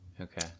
okay